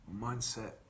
mindset